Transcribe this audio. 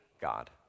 God